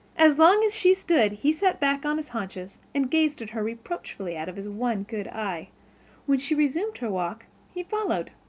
as long as she stood he sat back on his haunches and gazed at her reproachfully out of his one good eye when she resumed her walk he followed.